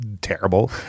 terrible